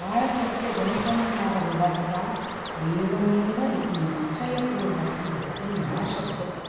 भारतस्य जनसञ्चारव्यवस्था एवमेव इति निश्चयपूर्वकं वक्तुं न शक्यते